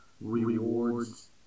rewards